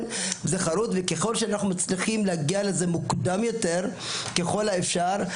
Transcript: זה חרוט וככל שאנחנו מצליחים להגיע לזה מוקדם יותר ככל האפשר,